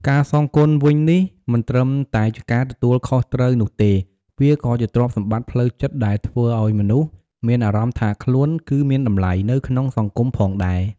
ការសងគុណវិញនេះ មិនត្រឹមតែជាការទទួលខុសត្រូវនោះទេ វាក៏ជាទ្រព្យសម្បត្តិផ្លូវចិត្តដែលធ្វើឲ្យមនុស្សមានអារម្មណ៍ថាខ្លួនគឺមានតម្លៃ នៅក្នុងសង្គមផងដែរ។